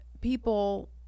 people